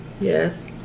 Yes